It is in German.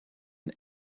den